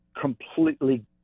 completely